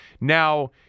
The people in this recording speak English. Now